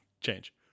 change